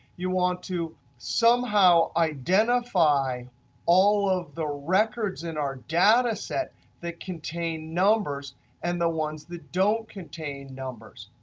you want to somehow identify all of the records in our data set that contain numbers and the ones that don't contain numbers.